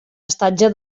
estatge